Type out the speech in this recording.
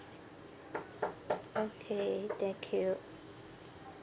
okay thank you